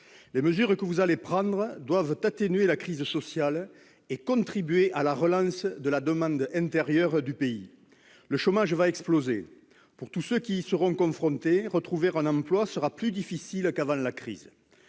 Les mesures que vous allez prendre doivent atténuer la crise sociale et contribuer à la relance de la demande intérieure du pays. Le chômage va exploser : pour tous ceux qui y seront confrontés, retrouver un emploi sera plus difficile qu'avant la crise.